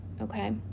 Okay